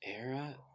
era